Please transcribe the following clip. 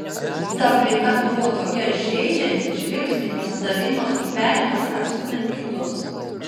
ta aplinka buvo tokia žeidžianti žvilgsniai pasidalijimas grupelėmis atstumiant kitus